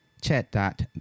Chat